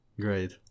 great